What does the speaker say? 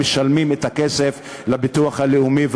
משלמים את הכסף לביטוח הלאומי,